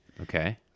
Okay